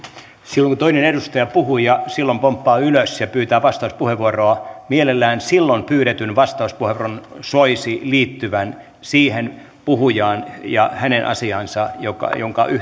kun toinen edustaja puhuu ja silloin pomppaa ylös ja pyytää vastauspuheenvuoroa niin mielellään silloin pyydetyn vastauspuheenvuoron soisi liittyvän siihen puhujaan ja hänen asiaansa